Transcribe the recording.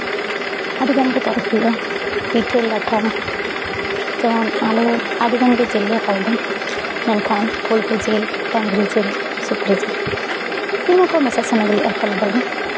ᱟᱹᱰᱤᱜᱟᱱ ᱜᱮ ᱯᱚᱨᱚᱵᱽ ᱦᱩᱭᱩᱜᱼᱟ ᱯᱤᱴᱷᱟᱹ ᱞᱟᱴᱷᱟ ᱡᱮᱢᱚᱱ ᱟᱞᱮ ᱟᱹᱰᱤᱜᱟᱱᱜᱮ ᱡᱤᱞ ᱞᱮ ᱦᱟᱛᱟᱣ ᱞᱮᱫᱟ ᱢᱮᱱᱠᱷᱟᱱ ᱯᱳᱞᱴᱤᱡᱤᱞ ᱰᱟᱝᱨᱤ ᱡᱤᱞ ᱥᱩᱠᱨᱤ ᱡᱤᱞ ᱱᱚᱣᱟ ᱠᱚ ᱢᱮᱥᱟ ᱥᱟᱱᱟ ᱜᱮᱞᱮ ᱦᱟᱛᱟᱣ ᱠᱟᱫᱟ